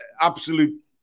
absolute